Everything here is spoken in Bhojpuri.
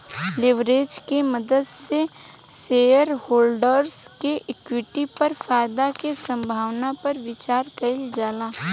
लेवरेज के मदद से शेयरहोल्डर्स के इक्विटी पर फायदा के संभावना पर विचार कइल जाला